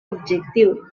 objectiu